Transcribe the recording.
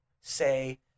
say